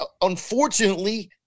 unfortunately